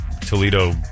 Toledo